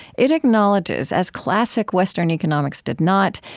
it acknowledges, as classic western economics did not,